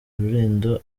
rulindo